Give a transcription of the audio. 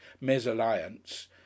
mesalliance